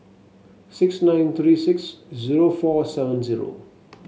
six nine three six zero four seven zero